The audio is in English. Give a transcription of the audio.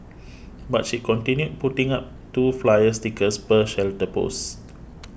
but she continued putting up two flyer stickers per shelter post